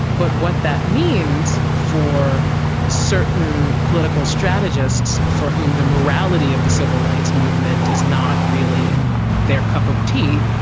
but what that means for certain political strategists for whom the morality of the civil rights movement is not really their cup of tea,